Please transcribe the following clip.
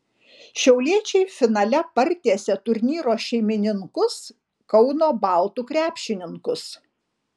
šiauliečiai finale partiesė turnyro šeimininkus kauno baltų krepšininkus